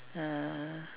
uh